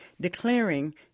declaring